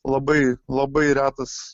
labai labai retas